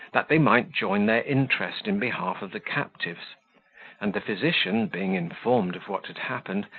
that they might join their interest in behalf of the captives and the physician, being informed of what had happened,